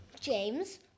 James